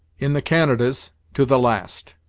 in the canadas, to the last.